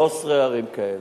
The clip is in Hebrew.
13 ערים כאלה.